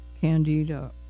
candida